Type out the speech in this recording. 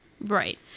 Right